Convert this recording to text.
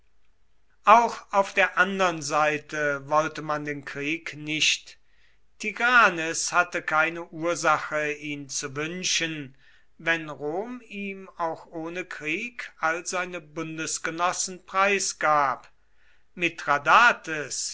auch auf der andern seite wollte man den krieg nicht tigranes hatte keine ursache ihn zu wünschen wenn rom ihm auch ohne krieg all seine bundesgenossen preisgab